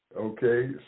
Okay